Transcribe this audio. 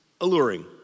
alluring